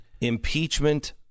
Impeachment